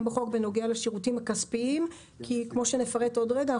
בחוק בנוגע לשירותים הכספיים כי כמו שנפרט עוד רגע,